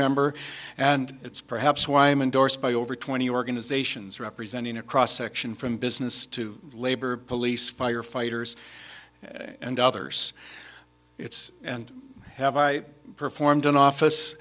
member and it's perhaps why i'm indorsed by over twenty organizations representing a cross section from business to labor police firefighters and others it's and have i performed an office